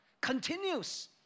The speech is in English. continues